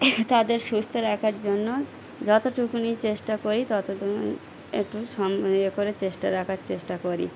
তাদের সুস্থ রাখার জন্য যতটুকু চেষ্টা করি ততটুকু একটু সম ইয়ে করে চেষ্টা রাখার চেষ্টা করি